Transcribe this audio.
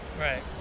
right